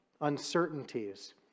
Uncertainties